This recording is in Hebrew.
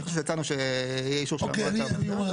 אנחנו חושב שהצענו שיהיה אישור של המועצה המאסדרת,